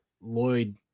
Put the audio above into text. Lloyd